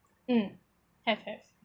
mm have heard